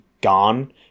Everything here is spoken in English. gone